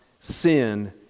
sin